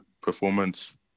performance